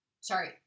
sorry